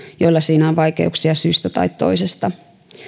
joilla siinä on vaikeuksia syystä tai toisesta